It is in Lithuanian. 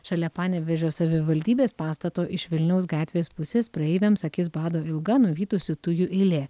šalia panevėžio savivaldybės pastato iš vilniaus gatvės pusės praeiviams akis bado ilga nuvytusių tujų eilė